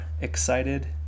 excited